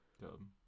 Dumb